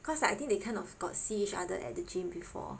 cause I think they kind of got see each other at the gym before